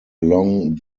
along